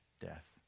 death